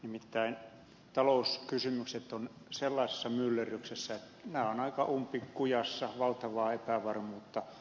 nimittäin talouskysymykset ovat sellaisessa myllerryksessä että nämä ovat aika umpikujassa on valtavaa epävarmuutta